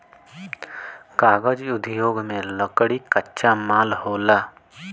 कागज़ उद्योग में लकड़ी कच्चा माल होला